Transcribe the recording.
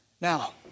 Now